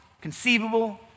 conceivable